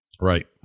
Right